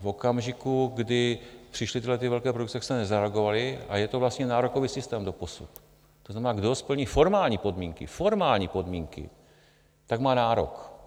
V okamžiku, kdy přišly tyhle velké produkce, tak jste nezareagovali a je to vlastně nárokový systém doposud, to znamená, kdo splní formální podmínky, formální podmínky, tak má nárok.